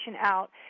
out